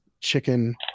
chicken